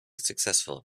successful